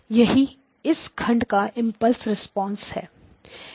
यही इस खंड का इंपल्स प्रतिक्रिया है